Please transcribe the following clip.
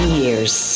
years